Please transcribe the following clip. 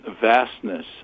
vastness